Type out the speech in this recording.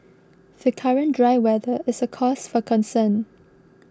the current dry weather is a cause for concern